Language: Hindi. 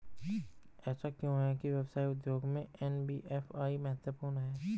ऐसा क्यों है कि व्यवसाय उद्योग में एन.बी.एफ.आई महत्वपूर्ण है?